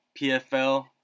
PFL